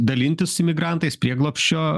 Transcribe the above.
dalintis imigrantais prieglobsčio